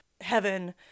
heaven